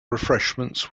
refreshments